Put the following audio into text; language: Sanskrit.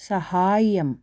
सहाय्यम्